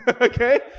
Okay